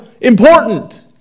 important